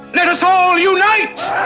let us all unite!